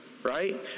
Right